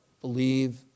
believe